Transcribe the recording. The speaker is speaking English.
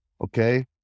Okay